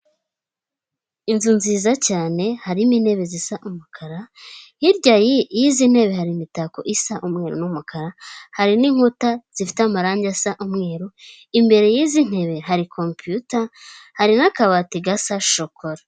Inzu nziza cyane harimo intebe zisa umukara, hirya y'izi ntebe hari imitako isa umweru n'umukara, hari n'inkuta zifite amarangi asa umweru, imbere y'izi ntebe hari computer hari n'akabati gasa shokora.